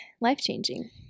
life-changing